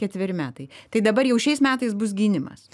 ketveri metai tai dabar jau šiais metais bus gynimas